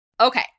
Okay